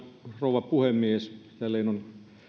rouva puhemies jälleen on